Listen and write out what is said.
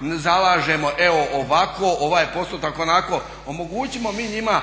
zalažemo evo ovako, ovaj postotak onako. Omogućimo mi njima